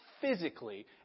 physically